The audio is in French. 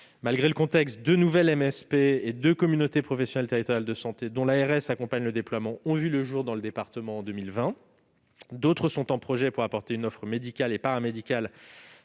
Malgré le contexte, deux nouvelles MSP et deux communautés professionnelles territoriales de santé, dont l'ARS accompagne le déploiement, y ont vu le jour en 2020. D'autres structures sont en projet, pour apporter aux habitants l'offre médicale et paramédicale